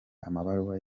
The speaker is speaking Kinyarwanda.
amabaruwa